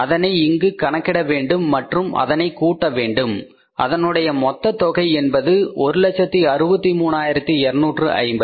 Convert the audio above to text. அதனை இங்கு கணக்கிடவேண்டும் அதனை கூட்டவேண்டும் அதனுடைய மொத்த தொகை 163250 ஆகும்